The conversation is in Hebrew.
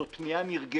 זאת פנייה נרגשת.